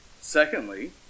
Secondly